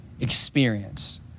experience